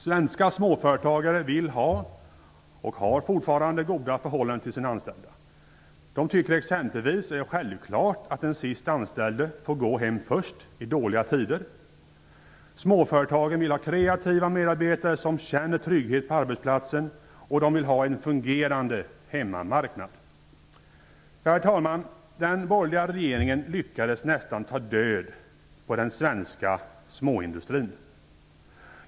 Svenska småföretagare vill ha och har fortfarande goda förhållanden till sina anställda. De tycker exempelvis att det är självklart att den sist anställde får gå först i dåliga tider. Småföretagarna vill ha kreativa medarbetare som känner trygghet på arbetsplatsen, och de vill ha en fungerande hemmamarknad. Herr talman! Den borgerliga regeringen lyckades nästan ta död på den svenska småindustrin.